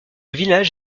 village